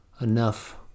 enough